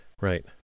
Right